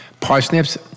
Parsnips